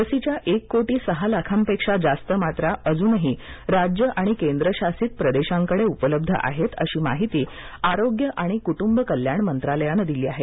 लसीच्या एक कोटी सहा लाखांपेक्षा जास्त मात्रा अजूनही राज्यं आणि केंद्रशासित प्रदेशांकडे उपलब्ध आहेत अशी माहिती आरोग्य आणि कुटुंब कल्याण मंत्रालयानं दिली आहे